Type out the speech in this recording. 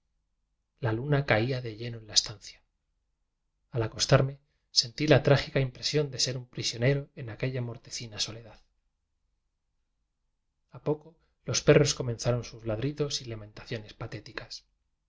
la luna caía de lleno en la estancia al acostarme sentí la trágica impresión de ser un prisionero en aquella mortecina sole dad a poco los perros comenzaron sus ladri dos y lamentaciones patéticas